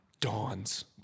Dawn's